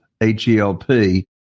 H-E-L-P